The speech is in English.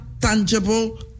tangible